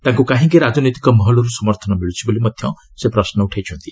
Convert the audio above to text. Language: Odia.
ତାଙ୍କୁ କାହିଁକି ରାଜନୈତିକ ମହଲରୁ ସମର୍ଥନ ମିଳୁଛି ବୋଲି ମଧ୍ୟ ସେ ପ୍ରଶ୍ମ ଉଠାଇଛନ୍ତି